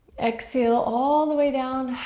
exhale all the way down